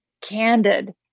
candid